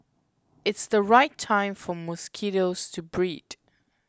it's the right time for mosquitoes to breed